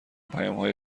پیامهای